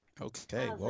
okay